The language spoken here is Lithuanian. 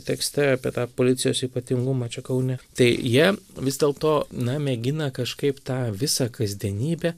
tekste apie tą policijos ypatingumą čia kaune tai jie vis dėlto na mėgina kažkaip tą visą kasdienybę